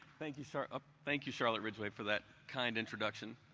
thank you sort of thank you charlotte ridgeway for that kind introduction,